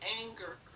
anger